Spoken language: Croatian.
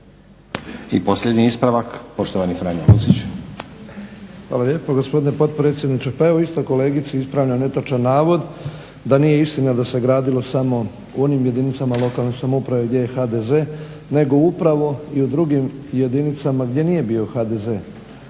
I posljednji ispravak. Poštovani Franjo Lucić. **Lucić, Franjo (HDZ)** Hvala lijepo gospodine potpredsjedniče. Pa evo isto kolegici ispravljam netočan navod da nije istina da se gradilo samo u onim jedinicama lokalne samouprava gdje je HDZ, nego upravo i u drugim jedinicama gdje nije bio HDZ.